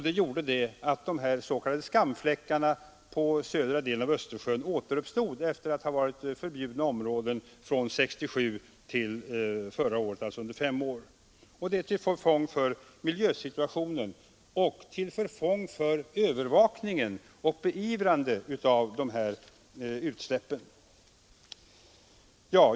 Det gjorde att de s.k. skamfläckarna i södra delen av Östersjön återuppstod efter att ha varit ”förbjudna områden” under fem år, och detta till förfång för miljön och för övervakningen och beivrandet av utsläppen.